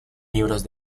libros